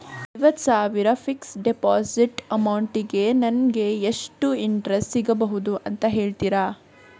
ಐವತ್ತು ಸಾವಿರ fixed deposit amount ಗೆ ನಂಗೆ ಎಷ್ಟು ಇಂಟ್ರೆಸ್ಟ್ ಸಿಗ್ಬಹುದು ಅಂತ ಹೇಳ್ತೀರಾ?